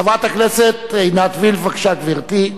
חברת הכנסת עינת וילף, בבקשה, גברתי.